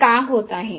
ते का होत आहे